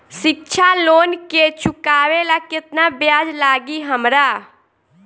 शिक्षा लोन के चुकावेला केतना ब्याज लागि हमरा?